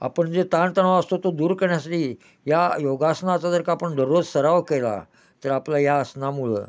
आपण जे ताणतणाव असतो तो दूर करण्यासाठी या योगासनाचा जर का आपण दररोज सराव केला तर आपला या आसनामुळं